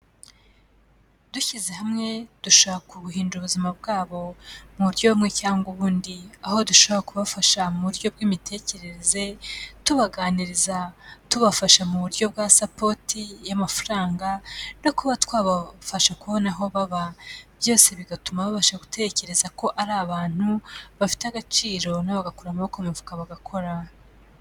Dushyize hamwe dushaka ubuhindura ubuzima bwabo mu buryo bumwe cyangwa ubundi, aho dushobora kubafasha mu buryo bw'imitekerereze tubaganiriza tubafasha mu buryo bwa suppoort y'amafaranga no kuba twabafasha kubona aho baba, byose bigatuma babasha gutekereza ko ari abantu bafite agaciro nabo bagakura amaboko mufu mifuka bagakora.